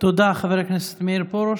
תודה, חבר הכנסת מאיר פרוש.